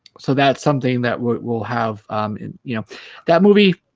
so that's something that we'll have in you know that movie?